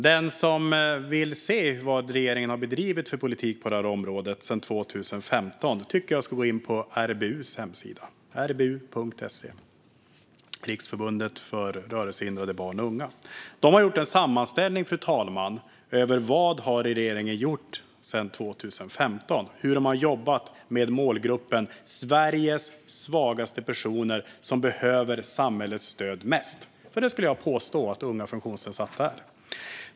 Den som vill se vad regeringen har bedrivit för politik på det här området sedan 2015 tycker jag ska gå in på rbu.se, hemsidan för RBU, Riksförbundet för Rörelsehindrade Barn och Ungdomar. De har gjort en sammanställning, fru talman, över vad regeringen har gjort sedan 2015 och hur de har jobbat med denna målgrupp: Sveriges svagaste personer, som behöver samhällets stöd mest. Det skulle jag påstå att unga funktionsnedsatta är.